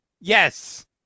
Yes